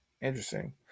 interesting